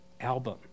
album